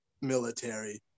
military